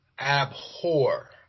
abhor